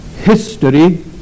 history